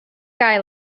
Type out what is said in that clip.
guy